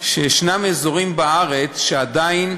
שיש אזורים בארץ שעדיין,